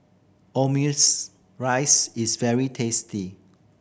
omurice is very tasty